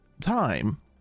time